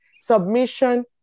submission